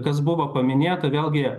kas buvo paminėta vėlgi